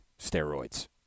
steroids